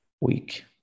week